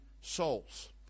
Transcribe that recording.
souls